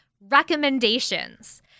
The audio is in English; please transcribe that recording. recommendations